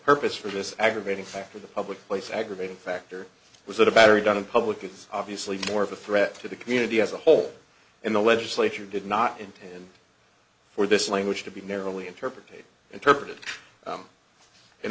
purpose for this aggravating factor the public place aggravating factor was that a battery done in public is obviously more of a threat to the community as a whole in the legislature did not intend for this language to be narrowly interpretate interpreted